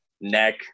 neck